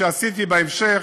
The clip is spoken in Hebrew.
שעשיתי בהמשך,